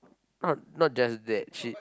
uh not just that she